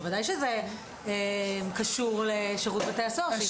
בוודאי שזה קשור לשירות בתי הסוהר.